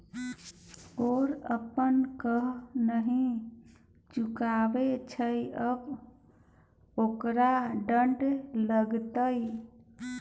ओ अपन कर नहि चुकाबैत छल आब ओकरा दण्ड लागतै